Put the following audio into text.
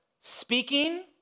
speaking